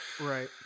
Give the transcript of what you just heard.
right